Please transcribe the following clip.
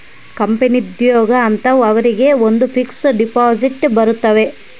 ಕಂಪನಿದೊರ್ಗೆ ಅಂತ ಅವರಿಗ ಒಂದ್ ಫಿಕ್ಸ್ ದೆಪೊಸಿಟ್ ಬರತವ